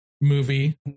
movie